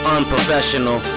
Unprofessional